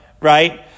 right